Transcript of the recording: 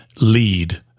lead